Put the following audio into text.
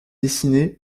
dessiné